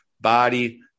body